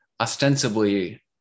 ostensibly